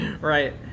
Right